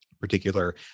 particular